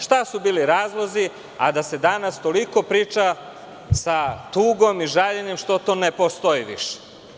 Šta su bili razlozi, a da se danas toliko priča sa tugom i žaljenjem što to ne postoji više?